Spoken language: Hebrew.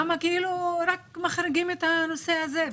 למה מחריגים רק את הנושא הזה,